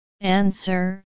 Answer